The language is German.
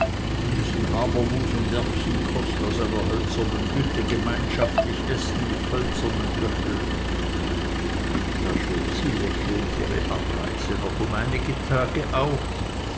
und müßten habermus und erbsenkost aus einer hölzernen bütte gemeinschaftlich essen mit hölzernen löffeln da schob sie lächelnd ihre abreise noch um einige tage auf